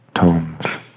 tones